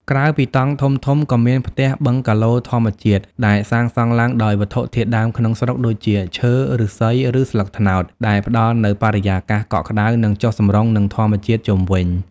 ក្រៅពីតង់ធំៗ ក៏មាន ផ្ទះបឹងកាឡូធម្មជាតិ ដែលសាងសង់ឡើងដោយវត្ថុធាតុដើមក្នុងស្រុកដូចជា ឈើ ឫស្សី ឬស្លឹកត្នោត ដែលផ្តល់នូវបរិយាកាសកក់ក្តៅ និងចុះសម្រុងនឹងធម្មជាតិជុំវិញ។